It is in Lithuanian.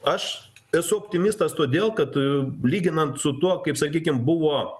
aš esu optimistas todėl kad lyginant su tuo kaip sakykim buvo